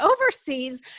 overseas